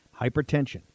Hypertension